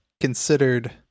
considered